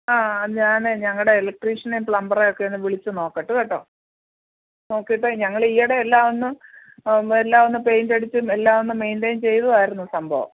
ആ അത് ഞാനേ ഞങ്ങളുടെ ഇലെക്ട്രിഷ്യനെയും പ്ലംബറെയും ഒക്കെ ഒന്ന് വിളിച്ച് നോക്കട്ട് കേട്ടോ നോക്കിയിട്ട് ഞങ്ങൾ ഈയിടെ എല്ലാം ഒന്ന് എല്ലാ ഒന്ന് പെയിൻറ്റ് അടിച്ചും എല്ലാം ഒന്ന് മെയിൻറ്റെയിൻ ചെയ്തതായിരുന്നു സംഭവം